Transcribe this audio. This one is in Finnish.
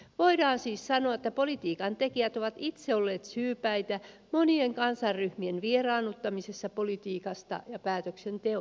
voidaan siis sanoa että politiikan tekijät ovat itse olleet syypäitä monien kansanryhmien vieraannuttamisessa politiikasta ja päätöksenteosta